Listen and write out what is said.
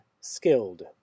skilled